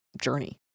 journey